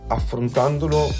affrontandolo